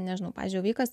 nežinau pavyzdžiui vaikas